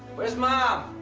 where's mom?